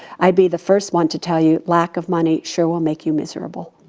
i'd be the first one to tell you, lack of money sure will make you miserable.